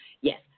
Yes